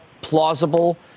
plausible